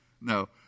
no